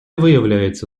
виявляється